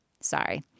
Sorry